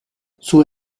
sul